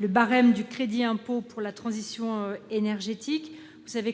le barème du crédit d'impôt pour la transition énergétique.